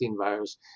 virus